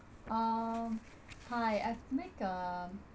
um hi I've make a